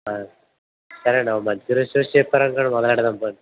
సరేనండీ మంచి రోజు చూసి చెప్తానండి మొదలెదడం